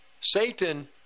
Satan